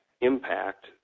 impact